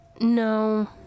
no